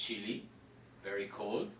she very cold